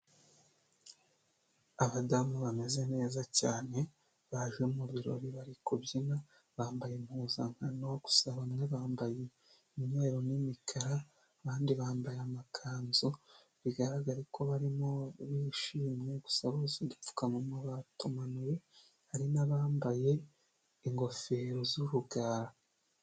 Abadamu bameze neza cyane, baje mu birori bari kubyina, bambaye impuzankano, gusa bamwe bambaye imyeru n'imikara, abandi bambaye amakanzu, bigaragarare ko barimo bishimye, gusa bose udupfukamunwa batumanuye, hari n'abambaye ingofero z'urugara.